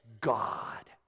God